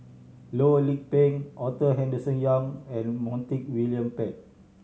Loh Lik Peng Arthur Henderson Young and Montague William Pett